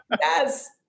Yes